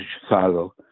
Chicago